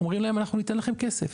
אומרים להם אנחנו ניתן לכם כסף.